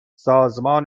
سازمان